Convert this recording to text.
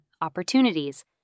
opportunities